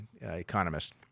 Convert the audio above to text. economist